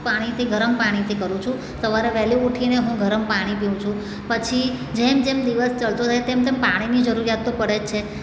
પાણીથી ગરમ પાણીથી કરું છુ સવારે વહેલી ઊઠીને હું ગરમ પાણી પીવું છું પછી જેમ જેમ દિવસ ચઢતો જાય તેમ તેમ પાણીની જરૂરિયાત તો પડે જ છે